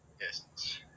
yes